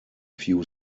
few